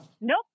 Nope